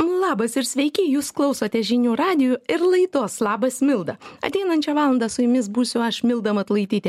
labas ir sveiki jūs klausote žinių radijo ir laidos labas milda ateinančią valandą su jumis būsiu aš milda matulaitytė